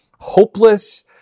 hopeless